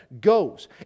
goes